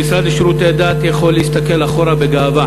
המשרד לשירותי דת יכול להסתכל אחורה בגאווה